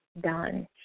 done